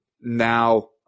now